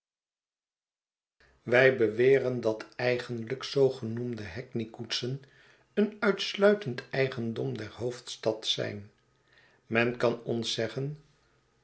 wij beweren dat eigenlijkzoogenoemde hackney koetsen een uitsluitend eigendom der hoofdstad zijn men kan ons zeggen